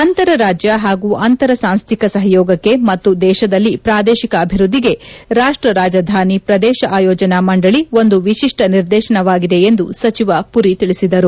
ಅಂತರರಾಜ್ಯ ಹಾಗೂ ಅಂತರ ಸಾಂಸ್ಲಿಕ ಸಹಯೋಗಕ್ಕೆ ಮತ್ತು ದೇಶದಲ್ಲಿ ಪ್ರಾದೇಶಿಕ ಅಬಿವ್ಸದ್ಲಿಗೆ ರಾಷ್ಸರಾಜಧಾನಿ ಪ್ರದೇಶ ಆಯೋಜನಾ ಮಂಡಳಿ ಒಂದು ವಿಶಿಷ್ಟ ನಿದರ್ಶನವಾಗಿದೆ ಎಂದು ಸಚಿವ ಪುರಿ ತಿಳಿಸಿದರು